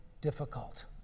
difficult